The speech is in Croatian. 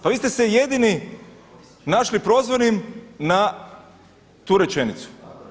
Pa vi ste se jedini našli prozvanim na tu rečenicu.